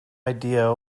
idea